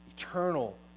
Eternal